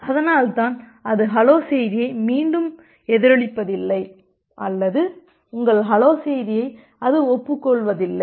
அதனால்தான் அது ஹலோ செய்தியை மீண்டும் எதிரொலிப்பதில்லை அல்லது உங்கள் ஹலோ செய்தியை அது ஒப்புக் கொள்ளவதில்லை